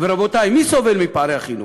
ורבותי, מי סובל מפערי החינוך?